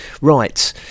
Right